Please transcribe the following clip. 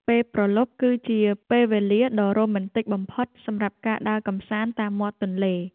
ពេលព្រលប់គឺជាពេលវេលាដ៏រ៉ូមែនទិកបំផុតសម្រាប់ការដើរកម្សាន្តតាមមាត់ទន្លេ។